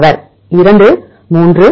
மாணவர் 2 3